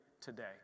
today